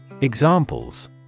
Examples